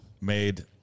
made